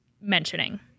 mentioning